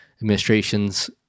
administration's